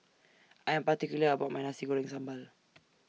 I Am particular about My Nasi Goreng Sambal